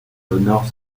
honore